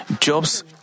Job's